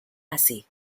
así